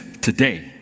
today